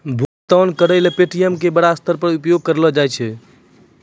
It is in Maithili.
भुगतान करय ल भी पे.टी.एम का बड़ा स्तर पर उपयोग करलो जाय छै